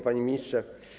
Panie Ministrze!